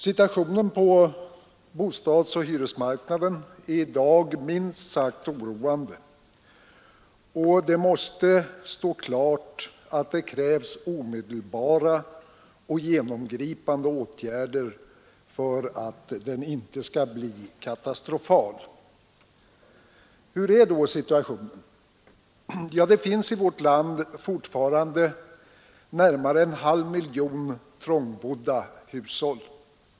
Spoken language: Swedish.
Situationen på bostadsoch hyresmarknaden är i dag minst sagt oroande, och det måste stå klart att det krävs omedelbara och genomgripande åtgärder för att den inte skall bli katastrofal. Hur är då situationen? Det finns i vårt land fortfarande närmare en halv miljon trångbodda hushåll.